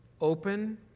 open